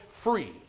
free